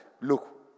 look